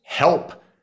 help